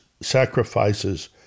sacrifices